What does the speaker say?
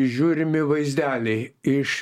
žiūrimi vaizdeliai iš